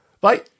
Bye